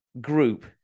group